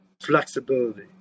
flexibility